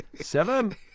Seven